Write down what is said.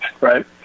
right